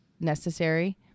necessary